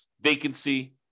vacancy